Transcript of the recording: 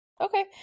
Okay